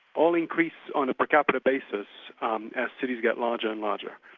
all increase on a per capita basis um as cities get larger and larger.